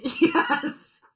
Yes